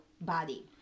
body